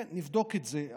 נבדוק את זה.